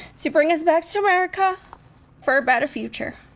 to bring us back to america for a better future.